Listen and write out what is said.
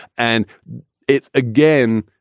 and it's, again,